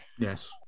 Yes